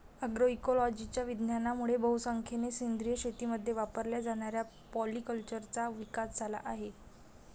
अग्रोइकोलॉजीच्या विज्ञानामुळे बहुसंख्येने सेंद्रिय शेतीमध्ये वापरल्या जाणाऱ्या पॉलीकल्चरचा विकास झाला आहे